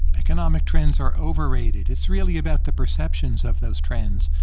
economic trends are overrated. it's really about the perceptions of those trends.